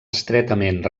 estretament